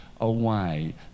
away